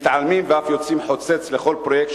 והם מתעלמים ואף יוצאים חוצץ נגד כל פרויקט